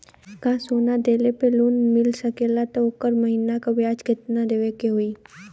का सोना देले पे लोन मिल सकेला त ओकर महीना के ब्याज कितनादेवे के होई?